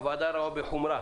הוועדה רואה בחומרה